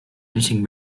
knitting